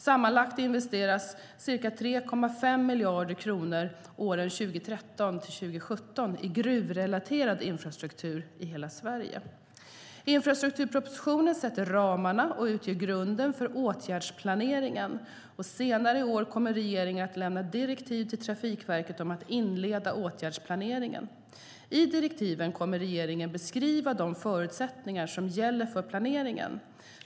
Sammanlagt investeras ca 3,5 miljarder kronor åren 2013-2017 i gruvrelaterad infrastruktur i hela Sverige. Infrastrukturpropositionen sätter ramarna och utgör grunden för åtgärdsplaneringen. Senare i år kommer regeringen att lämna direktiv till Trafikverket om att inleda åtgärdsplaneringen. I direktiven kommer regeringen att beskriva de förutsättningar som gäller för planeringen.